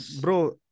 bro